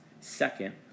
Second